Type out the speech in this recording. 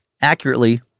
accurately